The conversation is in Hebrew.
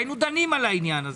היינו דנים בכך.